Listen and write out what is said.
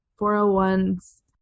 401's